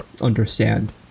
understand